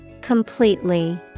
Completely